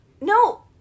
No